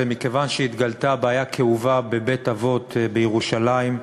מכיוון שהתגלתה בעיה כאובה בבית-אבות בירושלים.